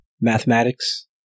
Mathematics